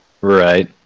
Right